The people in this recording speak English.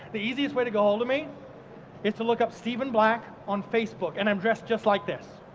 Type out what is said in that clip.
the easiest way to go hold of me is to look up steven black on facebook. and i'm dressed just like this.